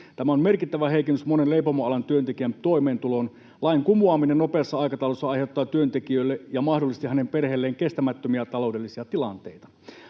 Tämä on merkittävä heikennys monen leipomoalan työntekijän toimeentuloon. Lain kumoaminen nopeassa aikataulussa aiheuttaa työntekijöille ja mahdollisesti hänen perheelleen kestämättömiä taloudellisia tilanteita.